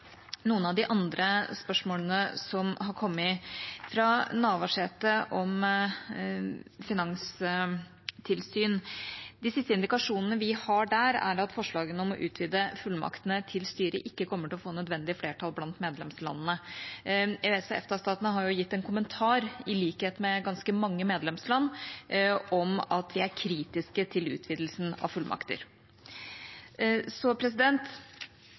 noen av de andre spørsmålene som har kommet fra Navarsete om finanstilsyn: De siste indikasjonene vi har der, er at forslaget om å utvide fullmaktene til styret ikke kommer til å få nødvendig flertall blant medlemslandene. EØS- og EFTA-statene har gitt en kommentar, i likhet med ganske mange medlemsland, om at de er kritiske til utvidelsen av fullmakter. Så